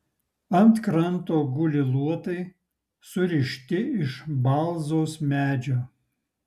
ant kranto guli luotai surišti iš balzos medžio